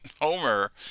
Homer